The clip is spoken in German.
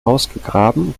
ausgegraben